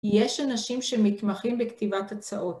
יש אנשים שמתמחים בכתיבת הצעות.